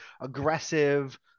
aggressive